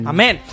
Amen